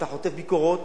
אתה חוטף ביקורות,